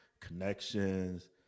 connections